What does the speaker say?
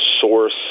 source